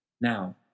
Now